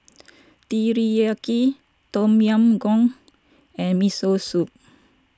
Teriyaki Tom Yam Goong and Miso Soup